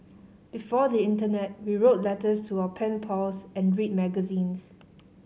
before the internet we wrote letters to our pen pals and read magazines